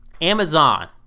amazon